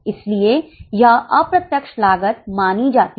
इसलिए यह अप्रत्यक्ष लागत मानी जाती है